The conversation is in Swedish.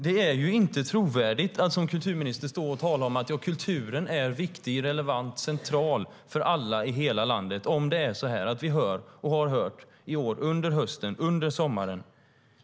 Det är inte trovärdigt att som kulturminister stå och tala om att kulturen är viktig, relevant och central för alla i hela landet om det samtidigt är så som vi under sommaren och hösten hört att det är.